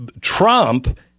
Trump